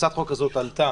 הצעת החוק הזאת עלתה